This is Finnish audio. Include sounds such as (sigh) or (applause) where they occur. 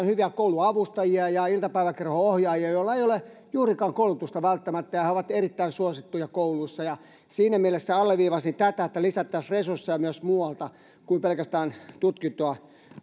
(unintelligible) hyviä kouluavustajia ja iltapäiväkerhon ohjaajia joilla ei ole juurikaan koulutusta välttämättä ja ja he ovat erittäin suosittuja kouluissa siinä mielessä alleviivaisin tätä että lisättäisiin resursseja myös muualta kuin pelkästään tutkintoa